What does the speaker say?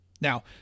Now